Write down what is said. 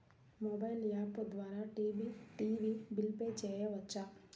Mobile app ద్వారా TV bill pay చేయవచ్చా?